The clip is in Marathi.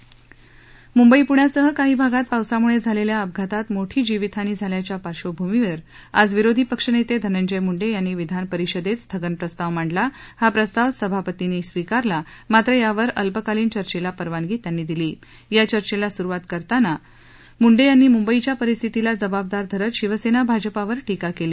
म्ंबईप्ण्यासह काही भागात पावसामुळे झालेल्या अपघातात मोठी जीवितहानी झाल्याच्या पार्श्वभूमीवर आज विरोधी पक्षनेते धनंजय म्ंडे यांनी विधान परिषदेत स्थगन प्रस्ताव मांडला हा प्रस्ताव सभापतींनी स्वीकारला मात्र यावर अल्पकालीन चर्चेला परवानगी त्यांनी दिली या चर्चेला सुरवात करताना मुंडे यांनी मुंबईच्या परिस्थितीला जबाबदार धरत शिवसेना भाजपावर टीका केली